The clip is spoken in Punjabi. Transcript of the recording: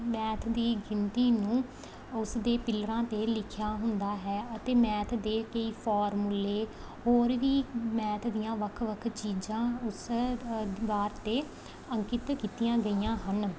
ਮੈਥ ਦੀ ਗਿਣਤੀ ਨੂੰ ਉਸਦੇ ਪਿੱਲਰਾਂ 'ਤੇ ਲਿਖਿਆ ਹੁੰਦਾ ਹੈ ਅਤੇ ਮੈਥ ਦੇ ਕਈ ਫਾਰਮੂਲੇ ਹੋਰ ਵੀ ਮੈਥ ਦੀਆਂ ਵੱਖ ਵੱਖ ਚੀਜ਼ਾਂ ਉਸ ਦੀਵਾਰ 'ਤੇ ਅੰਕਿਤ ਕੀਤੀਆਂ ਗਈਆਂ ਹਨ